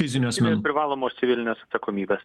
privalomos civilinės atsakomybės